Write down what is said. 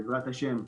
בעזרת השם,